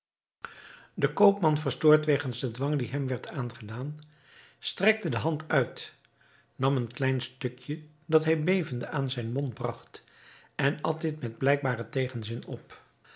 de koopman verstoord wegens den dwang die hem werd aangedaan strekte de hand uit nam een klein stukje dat hij bevende aan zijnen mond bragt en at dit met blijkbaren tegenzin op